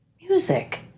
music